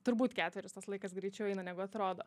turbūt ketverius tas laikas greičiau eina negu atrodo